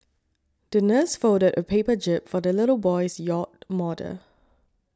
the nurse folded a paper jib for the little boy's yacht model